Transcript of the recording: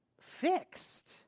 fixed